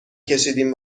کشیدیم